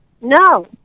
no